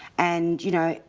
and you know,